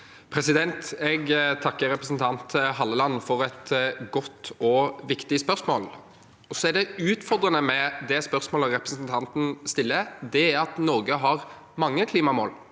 Jeg takker representanten Halleland for et godt og viktig spørsmål. Det utfordrende med det spørsmålet representanten stiller, er at Norge har mange klimamål.